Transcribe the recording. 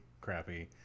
crappy